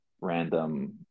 random